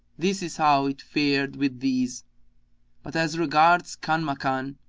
this is how it fared with these but as regards kanmakan,